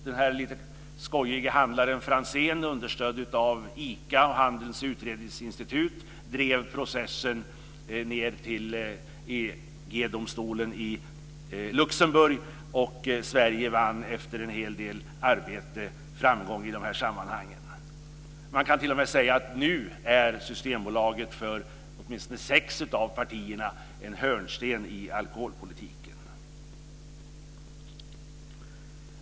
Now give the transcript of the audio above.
Den här lite skojiga handlaren Franzén, understödd av ICA och Handelns domstolen i Luxemburg. Efter en hel del arbete vann Sverige framgång i de här sammanhangen. Man kan t.o.m. säga att nu är Systembolaget en hörnsten i alkoholpolitiken för åtminstone sex av partierna.